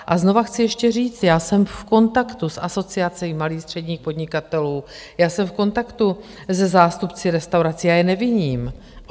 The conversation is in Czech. A znovu chci ještě říct, já jsem v kontaktu s Asociací malých a středních podnikatelů, jsem v kontaktu se zástupci restaurací, já je neviním.